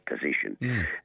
position